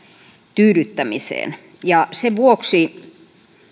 tyydyttämiseen sen vuoksi